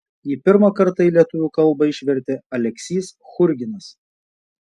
jį pirmą kartą į lietuvių kalbą išvertė aleksys churginas